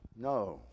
No